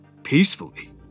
peacefully